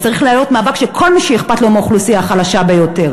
זה צריך להיות מאבק של כל מי שאכפת לו מהאוכלוסייה החלשה ביותר.